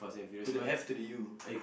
to the F to the U